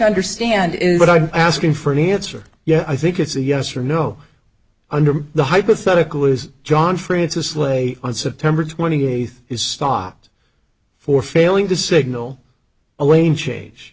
understand is what i'm asking for any answer yeah i think it's a yes or no under the hypothetical is john francis slay on september twenty eighth is stopped for failing to signal a lane change